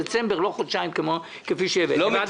לדיון הזה שעוסק במתן פיצויים לתושבי הדרום,